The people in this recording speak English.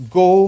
go